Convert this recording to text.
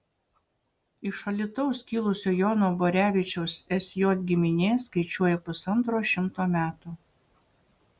iš alytaus kilusio jono borevičiaus sj giminė skaičiuoja pusantro šimto metų